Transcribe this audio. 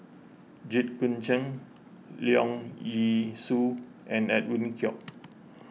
Jit Koon Ch'ng Leong Yee Soo and Edwin Koek